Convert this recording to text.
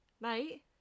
Mate